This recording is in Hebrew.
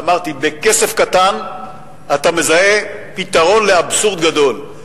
ואמרתי שבכסף קטן אתה מזהה פתרון לאבסורד גדול.